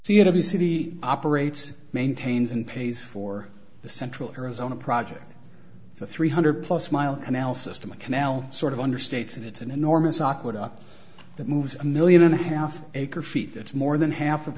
obviously operates maintains and pays for the central arizona project the three hundred plus mile canal system a canal sort of understates and it's an enormous awkward up that moves a million and a half acre feet that's more than half of